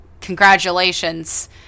congratulations